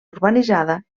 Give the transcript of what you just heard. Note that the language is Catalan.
urbanitzada